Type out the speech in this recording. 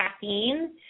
caffeine